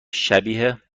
شبیه